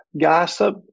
gossip